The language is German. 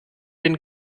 den